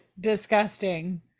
disgusting